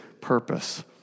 purpose